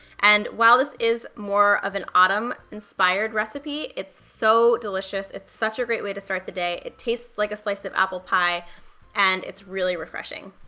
and while this is more of an autumn inspired recipe, it's so delicious, it's such a great way to start the day, it tastes like a slice of apple pie and it's really refreshing.